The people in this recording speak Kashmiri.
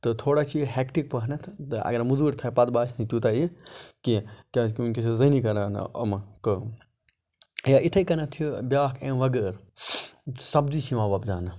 تہٕ تھوڑا چھِ یہِ ہیٚکٹِک پَہمَتھ اگر مٔزوٗر تھایہِ پَتہٕ باسہِ نہٕ تیوتاہہ یہِ کینٛہہ کیاز کہِ ونکٮ۪س چھِ زٔنی کَران یِم کٲم یا یِتھے کیٚنیٚتھ چھ بیاکھ امِہ بَغٲر سَبزی چھِ یِوان وۄبداونہٕ